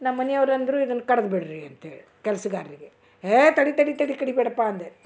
ನಮ್ಮ ಮನಿಯವ್ರಂದರು ಇದನ್ನ ಕಡ್ದ್ಬಿಡ್ರಿ ಅಂತೇಳಿ ಕೆಲ್ಸ್ಗಾರಿಗೆ ಹೇ ತಡಿ ತಡಿ ತಡಿ ಕಡಿಬ್ಯಾಡಪ್ಪಾ ಅಂದೆ